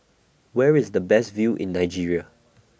Where IS The Best View in Nigeria